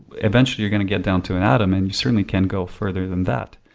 eventually you're going to get down to an atom and you certainly can't go further than that.